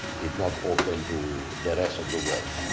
it not open to the rest of the world.